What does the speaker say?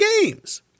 games